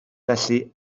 felly